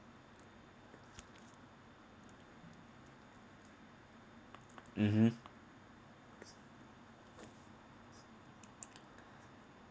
mmhmm